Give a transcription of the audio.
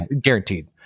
Guaranteed